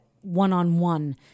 one-on-one